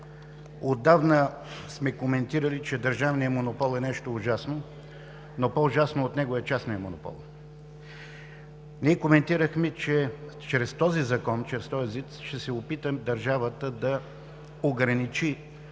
отдавна сме коментирали, че държавният монопол е нещо ужасно, но по-ужасно от него е частният монопол. Ние коментирахме, че чрез този законопроект ще се опитаме държавата да ограничи